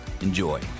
Enjoy